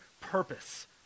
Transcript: purpose